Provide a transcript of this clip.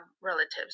relatives